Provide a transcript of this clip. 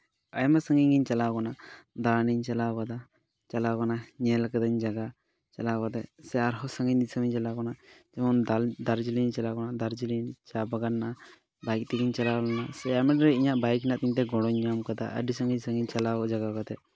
ᱟᱭᱢᱟ ᱥᱟᱺᱜᱤᱧᱤᱧ ᱪᱟᱞᱟᱣ ᱟᱠᱟᱱᱟ ᱫᱟᱬᱟᱱᱤᱧ ᱪᱟᱞᱟᱣ ᱠᱟᱱᱟ ᱧᱮᱞ ᱠᱟᱹᱫᱟᱹᱧ ᱡᱟᱭᱜᱟ ᱪᱟᱞᱟᱣ ᱠᱟᱛᱮᱫ ᱥᱮ ᱟᱨᱦᱚᱸ ᱥᱟᱺᱜᱤᱧ ᱫᱤᱥᱟᱹᱢᱤᱧ ᱪᱟᱞᱟᱣ ᱠᱟᱱᱟ ᱡᱮᱢᱚᱱ ᱫᱟᱨᱡᱤᱞᱤᱝᱤᱧ ᱪᱟᱞᱟᱣ ᱠᱟᱱᱟ ᱫᱟᱨᱡᱤᱞᱤᱝ ᱪᱟ ᱵᱟᱜᱟᱱ ᱦᱮᱱᱟᱜᱼᱟ ᱵᱟᱭᱤᱠ ᱛᱮᱜᱤᱧ ᱪᱟᱞᱟᱣ ᱞᱮᱱᱟ ᱥᱮ ᱤᱧᱟᱹᱜ ᱵᱟᱭᱤᱠ ᱢᱮᱱᱟᱜ ᱛᱤᱧᱛᱮ ᱤᱧ ᱜᱚᱲᱚᱧ ᱧᱟᱢ ᱠᱟᱫᱟ ᱟᱹᱰᱤ ᱥᱟᱺᱜᱤᱧ ᱥᱟᱺᱜᱤᱧ ᱪᱟᱞᱟᱣ ᱡᱟᱭᱜᱟ ᱠᱟᱛᱮᱫ